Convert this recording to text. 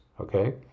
okay